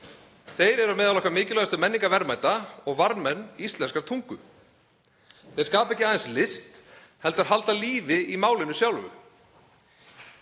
Þeir eru meðal okkar mikilvægustu menningarverðmæta og varðmenn íslenskrar tungu. Þeir skapa ekki aðeins list heldur halda lífi í málinu sjálfu.